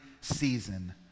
season